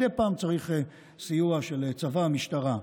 מדי פעם צריך סיוע של צבא ומשטרה.